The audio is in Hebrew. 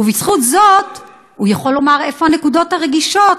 ובזכות זאת הוא יכול לומר איפה הנקודות הרגישות,